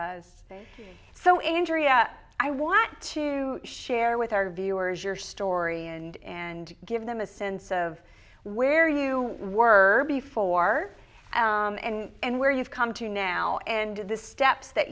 so andrea i want to share with our viewers your story and and give them a sense of where you were before and where you've come to now and to the steps that